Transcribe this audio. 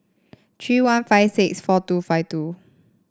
three one five six four two five two